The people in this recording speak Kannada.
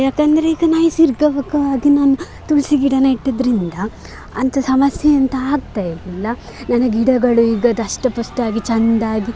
ಯಾಕಂದರೆ ಈಗ ನೈಸರ್ಗಿಕವಾಗಿ ನಾನು ತುಳಸಿ ಗಿಡ ನೆಟ್ಟಿದ್ದರಿಂದ ಅಂಥ ಸಮಸ್ಯೆ ಎಂತ ಆಗ್ತಾಯಿಲ್ಲ ನನ್ನ ಗಿಡಗಳು ಈಗ ದಷ್ಟ ಪುಷ್ಟ ಆಗಿ ಚಂದಾಗಿ